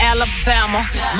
Alabama